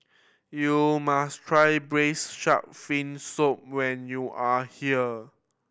you must try Braised Shark Fin Soup when you are here